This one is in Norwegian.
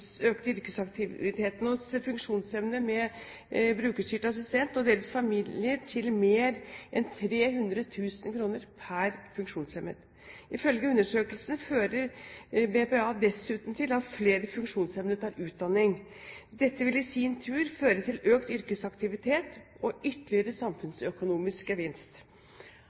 økte yrkesaktiviteten hos funksjonshemmede med brukerstyrt assistent og deres familie til mer enn 300 000 kr per funksjonshemmet. Ifølge undersøkelsen fører BPA dessuten til at flere funksjonshemmede tar utdanning. Dette vil i sin tur føre til økt yrkesaktivitet og ytterligere samfunnsøkonomisk gevinst.